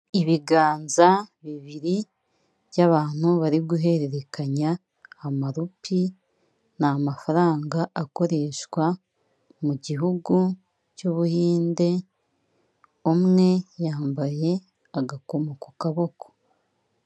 Ibiganza bibiri by'abantu bari guhererekanya amarupi ni amafaranga akoreshwa mu gihugu cy' Buhinde, umwe yambaye agakomo ku kaboko.